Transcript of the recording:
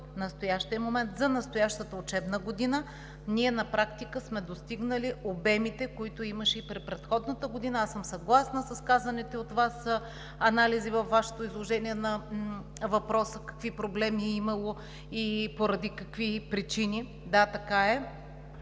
настоящия момент, за настоящата учебна година, ние на практика сме достигнали обемите, които имаше и при предходната година. Съгласна съм с изказаните от Вас анализи в изложението Ви по въпроса какви проблеми е имало и поради какви причини. Да, така е.